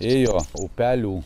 ėjo upelių